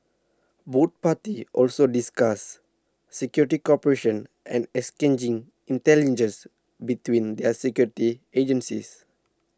both parties also discussed security cooperation and exchanging intelligence between their security agencies